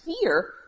fear